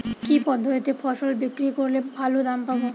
কি পদ্ধতিতে ফসল বিক্রি করলে ভালো দাম পাব?